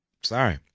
Sorry